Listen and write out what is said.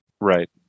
Right